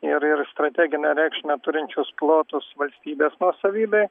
ir ir strateginę reikšmę turinčius plotus valstybės nuosavybėj